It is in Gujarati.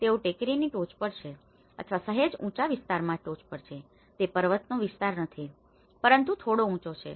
તેઓ ટેકરીની ટોચ પર છે અથવા સહેજ ઉચા વિસ્તારમાં ટોચ પર છે તે પર્વતનો વિસ્તાર નથી પરંતુ થોડો ઉચો છે